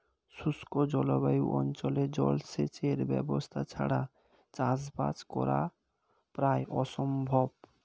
শুষ্ক জলবায়ু অঞ্চলে জলসেচের ব্যবস্থা ছাড়া চাষবাস করা প্রায় অসম্ভব